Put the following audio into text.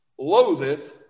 loatheth